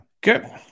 Good